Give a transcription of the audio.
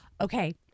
Okay